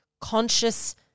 conscious